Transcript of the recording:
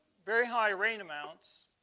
very high rain amounts